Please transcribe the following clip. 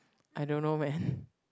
I don't know man